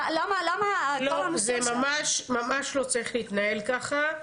לא, זה ממש, ממש לא צריך להתנהל ככה,